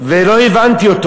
ולא הבנתי אותו.